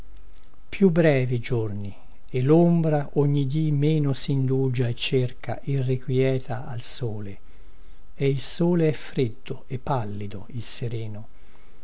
più brevi i giorni e lombra ogni dì meno sindugia e cerca irrequieta al sole e il sole è freddo e pallido il sereno